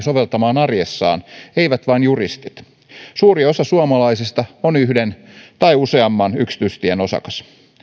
soveltamaan arjessaan eivät vain juristit suuri osa suomalaisista on yhden tai useamman yksityistien osakas